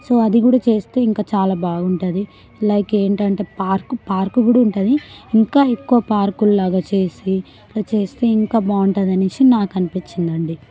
so అది కూడా చేస్తే ఇంకా చాలా బాగుంటుంది లైక్ ఏంటంటే పార్కు పార్కు కూడా ఉంటుంది ఇంకా ఎక్కువ పార్కులు లాగా చేసి అలా చేస్తే ఇంకా బాగుంది అనేసి నాకు అనిపించిందండి